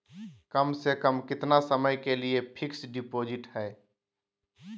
कम से कम कितना समय के लिए फिक्स डिपोजिट है?